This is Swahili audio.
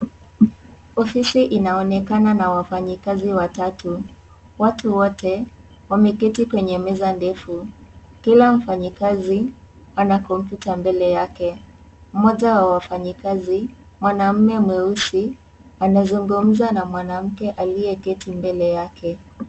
Ofisi inaonekana na wafanyakazi watatu. Watu wote wameketi kwenye meza ndefu, kila mfanyikazi ana kompyuta mbele yake. Mmoja wa wafanyakazi mwanamume mweusi anazungumza na mwanamke aliyeketi mbele yake.